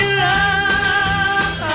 love